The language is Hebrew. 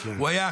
הוא היה,